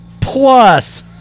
Plus